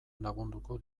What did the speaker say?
lagunduko